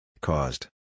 Caused